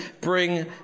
bring